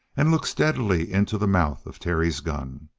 and looked steadily into the mouth of terry's gun.